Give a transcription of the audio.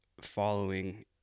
following